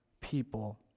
people